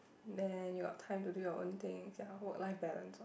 then you got time to do your own things ya work life balance lor